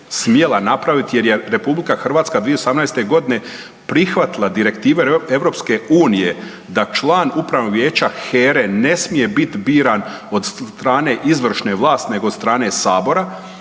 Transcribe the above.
smjela napraviti jer je RH 2018. godine prihvatila direktive EU da član Upravnog vijeća HERE ne smije biti biran od strane izvršne vlasti nego od strane sabora,